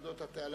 על גדות התעלה,